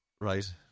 Right